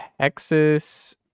texas